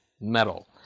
metal